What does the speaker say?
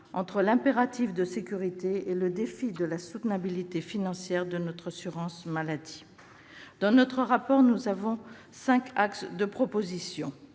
entre l'impératif de sécurité et le défi de la soutenabilité financière de notre système d'assurance maladie. Dans notre rapport d'information figurent cinq axes de propositions.